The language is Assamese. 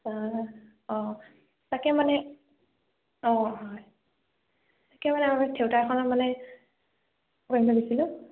অঁ অঁ তাকে মানে অঁ হয় তাকে মানে আমাৰ ইয়াত থিয়েটাৰ এখনত মানে কৰিম বুলিছিলোঁ